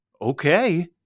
okay